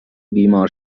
بیمار